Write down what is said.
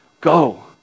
go